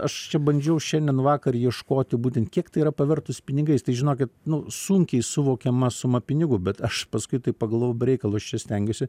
aš čia bandžiau šiandien vakar ieškoti būtent kiek tai yra pavertus pinigais tai žinokit nu sunkiai suvokiama suma pinigų bet aš paskui taip pagalvojau be reikalo aš čia stengiuosi